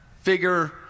figure